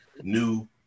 new